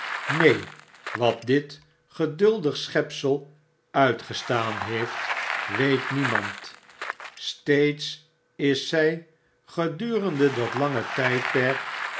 neen wat dit geduldige schepsel uitgestaan heeft weet niemand steeds is zy gedurende dat lange tydperk